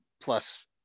plus